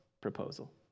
proposal